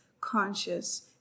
conscious